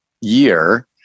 year